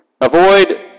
Avoid